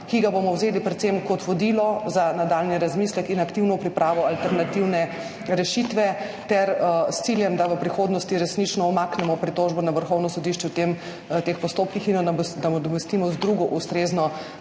ki ga bomo vzeli predvsem kot vodilo za nadaljnji razmislek in aktivno pripravo alternativne rešitve s ciljem, da v prihodnosti resnično umaknemo pritožbo na Vrhovno sodišče v teh postopkih in jo nadomestimo z drugo ustrezno